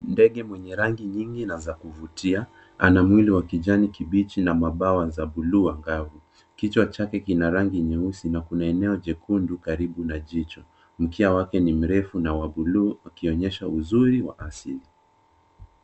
Ndege mwenye rangi nyingi na za kuvutia, ana mwili wa kijani kibichi na mabawa za bluu angavu. Kichwa chake kina rangi nyeusi na kuna eneo jekundu karibu na jicho. Mkia wake ni mrefu na wa bluu ukionyesha uzuri wa asili.